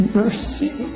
mercy